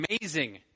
amazing